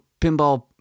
pinball